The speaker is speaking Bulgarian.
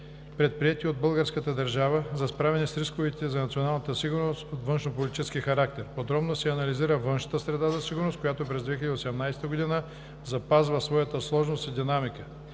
предприети от българската държава за справяне с рисковете за националната сигурност от външнополитически характер. Подробно се анализира външната среда на сигурност, която през 2018 г. запазва своята сложност и динамика.